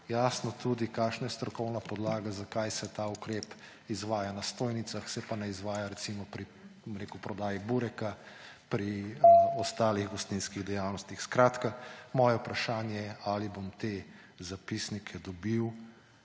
jasno, kakšna je strokovna podlaga, da se ta ukrep izvaja na stojnicah, se pa ne izvaja, recimo, pri prodaji bureka in pri ostalih gostinskih dejavnostih. Moje vprašanje je: Ali bom te zapisnike dobil